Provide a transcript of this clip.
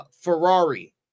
Ferrari